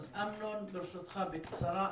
אמנון, ברשותך, בקצרה.